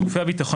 גופי הביטחון,